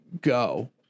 go